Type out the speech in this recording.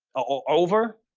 or over,